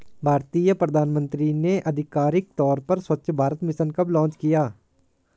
भारतीय प्रधानमंत्री ने आधिकारिक तौर पर स्वच्छ भारत मिशन कब लॉन्च किया?